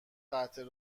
قطع